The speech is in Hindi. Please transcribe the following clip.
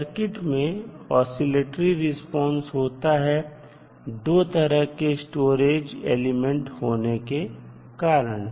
सर्किट में ऑस्किलेटरी रिस्पांस होता है दो तरह के स्टोरेज एलिमेंट होने के कारण